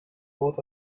both